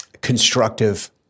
constructive